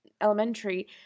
elementary